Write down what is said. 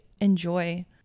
enjoy